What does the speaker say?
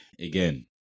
again